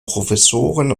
professoren